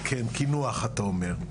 כן, קינוח אתה אומר.